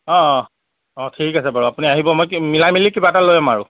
অঁ অঁ অঁ ঠিক আছে বাৰু আপুনি আহিব মই মিলাই মিলি কিবা এটা লৈ ল'ম আৰু